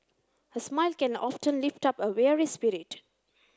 a smile can often lift up a weary spirit